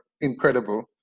incredible